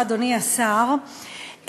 אדוני השר,